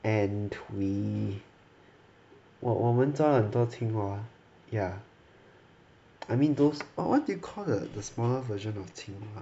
and we 我我们抓很多青蛙 ya I mean those what what do you call that the smaller version of 青蛙